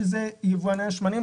שאלה יבואני השמנים.